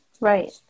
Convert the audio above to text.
right